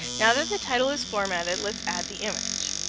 now that the title is formatted, let's add the image.